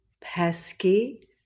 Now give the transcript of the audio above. pesky